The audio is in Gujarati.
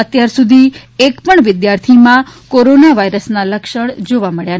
અત્યાર સુધીમાં એકપણ વિદ્યાર્થીઓમાં કોરોના વાયરસના લક્ષણ જોવા મબ્યા નથી